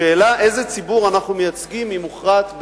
השאלה איזה ציבור אנחנו מייצגים מוכרעת בבחירות,